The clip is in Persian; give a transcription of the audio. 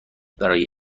برای